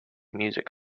music